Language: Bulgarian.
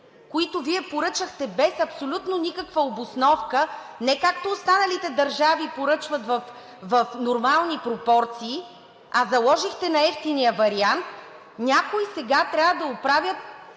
които Вие поръчахте без абсолютно никаква обосновка, не както останалите държави поръчват в нормални пропорции, а заложихте на евтиния вариант, някой сега трябва да оправят